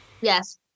Yes